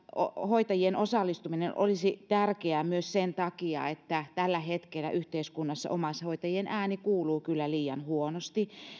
omaishoitajien osallistuminen olisi tärkeää myös sen takia että tällä hetkellä yhteiskunnassa omaishoitajien ääni kuuluu kyllä liian huonosti